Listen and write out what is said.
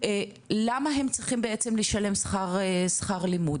למה הם צריכים בעצם לשלם שכר לימוד?